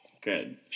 Good